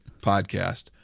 podcast